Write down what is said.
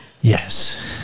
Yes